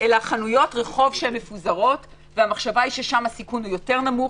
אלא חנויות רחוב שמפוזרות והמחשבה שהסיכון שם הוא יותר נמוך.